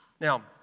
Now